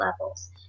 levels